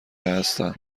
هستم